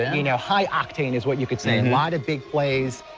you know high octane is what you can see. lot of big plays.